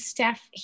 Steph